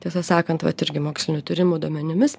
tiesą sakant vat irgi mokslinių tyrimų duomenimis